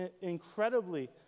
incredibly